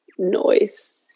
noise